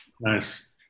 Nice